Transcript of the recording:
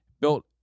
built